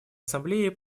ассамблее